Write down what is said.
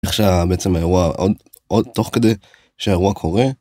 עכשיו בעצם האירוע עוד עוד תוך כדי שהאירוע קורה.